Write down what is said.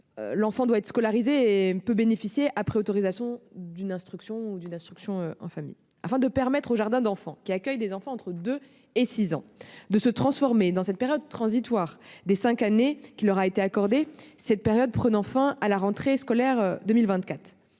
l'enfant doit être scolarisé ou peut bénéficier, après autorisation, de l'instruction dans la famille. Afin de permettre aux jardins d'enfants, qui accueillent des enfants entre 2 ans et 6 ans, de se transformer, une période transitoire de cinq années leur a été accordée. Cette période prend fin à la rentrée scolaire 2024.